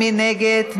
מי נגד?